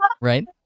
right